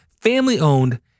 family-owned